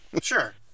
Sure